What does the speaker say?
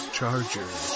Chargers